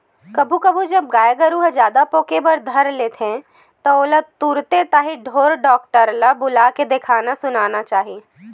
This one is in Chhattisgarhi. कभू कभू जब गाय गरु ह जादा पोके बर धर ले त ओला तुरते ताही ढोर डॉक्टर ल बुलाके देखाना सुनाना चाही